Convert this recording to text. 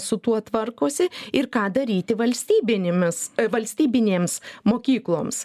su tuo tvarkosi ir ką daryti valstybinėmis valstybinėms mokykloms